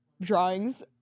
drawings